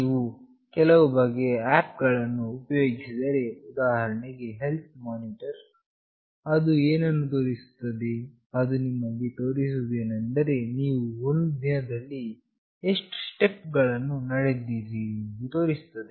ನೀವು ಕೆಲವು ಬಗೆಯ ಆ್ಯಪ್ ಗಳನ್ನು ಉಪಯೋಗಿಸಿದ್ದರೆ ಉದಾಹರಣೆಗೆ ಹೆಲ್ತ್ ಮಾನಿಟರಿಂಗ್ ಅದು ಏನನ್ನು ತೋರಿಸುತ್ತದೆ ಅದು ನಿಮಗೆ ತೋರಿಸುವುದೇನೆಂದರೆ ನೀವು ಒಂದು ದಿನದಲ್ಲಿ ಎಷ್ಟು ಸ್ಟೆಪ್ ಗಳನ್ನು ನಡೆದಿದ್ದೀರಿ ಎಂಬುದನ್ನು ತೋರಿಸುತ್ತದೆ